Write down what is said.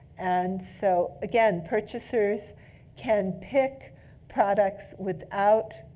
and so again, purchasers can pick products without